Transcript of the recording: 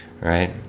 right